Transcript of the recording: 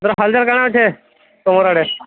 ତୁମର ହାଲ୍ ଚାଲ୍ କ'ଣ ଅଛି ତୁମର ଆଡ଼େ